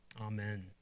amen